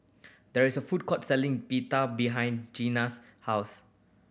there is a food court selling Pita behind Ginna's house